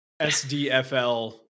SDFL